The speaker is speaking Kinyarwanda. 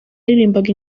yaririmbaga